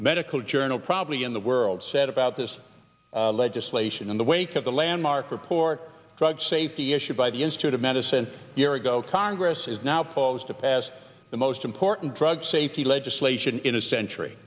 medical journal probably in the world said about this legislation in the wake of the landmark report drug safety issued by the institute of medicine year ago congress is now paused to pass the most important drug safety legislation in a century